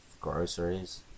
groceries